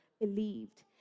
believed